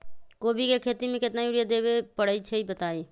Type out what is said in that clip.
कोबी के खेती मे केतना यूरिया देबे परईछी बताई?